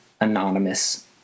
anonymous